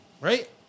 Right